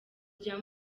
rya